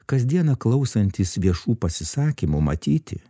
kasdieną klausantis viešų pasisakymų matyti